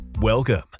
Welcome